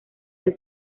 del